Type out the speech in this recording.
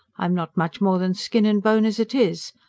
i'm not much more than skin and bone as it is.